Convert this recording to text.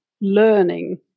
learning